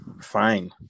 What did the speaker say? Fine